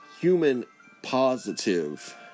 human-positive